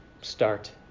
start